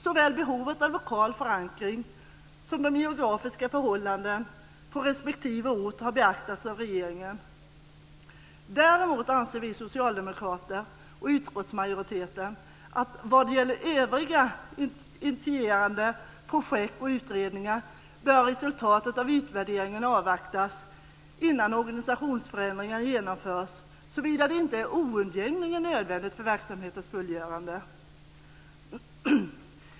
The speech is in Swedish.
Såväl behovet av lokal förankring som de geografiska förhållandena på respektive ort har beaktats av regeringen. Däremot anser vi socialdemokrater och utskottsmajoriteten att när det gäller övriga initierade projekt och utredningar bör resultatet av utvärderingen avvaktas innan organisationsförändringar genomförs såvida de inte är oundgängligen nödvändiga för verksamhetens fullgörande.